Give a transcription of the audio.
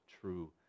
true